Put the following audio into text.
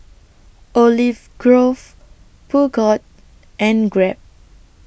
Olive Grove Peugeot and Grab